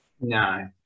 No